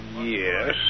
Yes